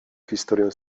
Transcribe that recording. historię